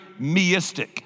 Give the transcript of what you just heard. meistic